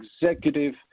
executive